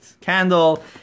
candle